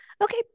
Okay